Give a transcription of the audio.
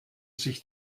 sich